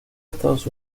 estados